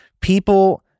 people